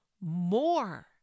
more